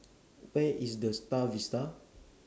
Where IS The STAR Vista